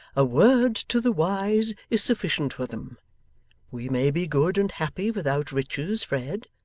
a word to the wise is sufficient for them we may be good and happy without riches, fred.